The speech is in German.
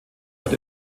wird